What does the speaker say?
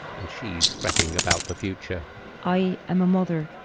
and she's fretting about the future i am a mother.